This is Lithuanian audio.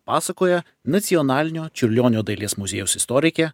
pasakoja nacionalinio čiurlionio dailės muziejaus istorikė